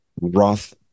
Roth